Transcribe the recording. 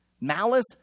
malice